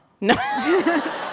No